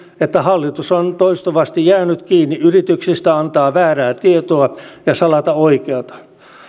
että hallitus on toistuvasti jäänyt kiinni yrityksistä antaa väärää tietoa ja salata oikeata